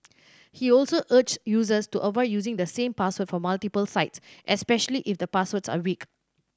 he also urged users to avoid using the same password for multiple sites especially if the passwords are weak